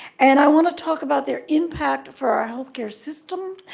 and i want to talk about their impact for our health care system,